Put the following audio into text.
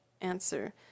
Answer